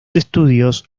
estudios